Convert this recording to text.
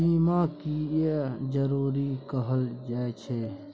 बीमा किये जरूरी कहल जाय छै?